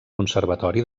conservatori